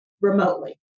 remotely